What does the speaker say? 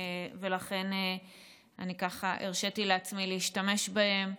ולכן הרשיתי לעצמי להשתמש בהם.